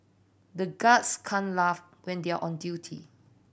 the guards can't laugh when they are on duty